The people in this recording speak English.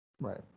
Right